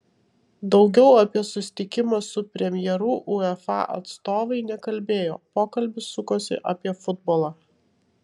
daugiau apie susitikimą su premjeru uefa atstovai nekalbėjo pokalbis sukosi apie futbolą